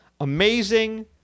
Amazing